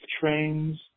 trains